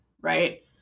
right